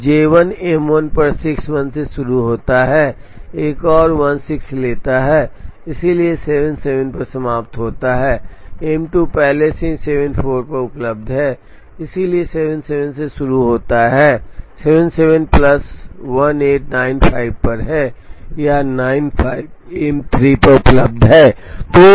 अब J1 M1 पर 61 से शुरू होता है एक और 16 लेता है इसलिए 77 पर समाप्त होता है M2 पहले से ही 74 पर उपलब्ध है इसलिए 77 से शुरू होता है 77 प्लस 18 95 पर है यह 95 M3 पर उपलब्ध है